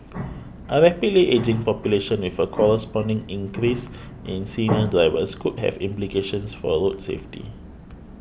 a rapidly ageing population with a corresponding increase in senior drivers could have implications for a road safety